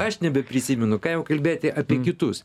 aš nebeprisimenu ką jau kalbėti apie kitus